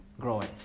growing